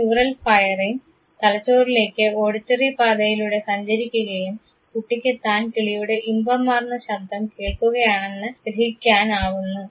ഈ neural firing തലച്ചോറിലേക്ക് auditory പാതയിലൂടെ സഞ്ചരിക്കുകയും കുട്ടിക്ക് താൻ കിളിയുടെ ഇമ്പമാർന്ന ശബ്ദം കേൾക്കുകയാണെന്ന് ഗ്രഹിക്കാനാവുന്നു